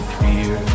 fear